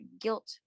guilt